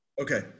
Okay